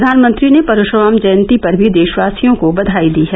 प्रधानमंत्री ने परशुराम जयंती पर भी देशवासियों को बधाई दी है